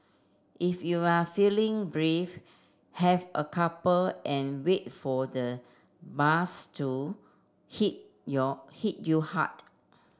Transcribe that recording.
if you're feeling brave have a couple and wait for the buzz to hit your hit you hard